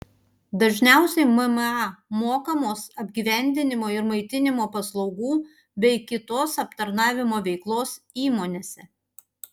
dažniausiai mma mokamos apgyvendinimo ir maitinimo paslaugų bei kitos aptarnavimo veiklos įmonėse